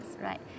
right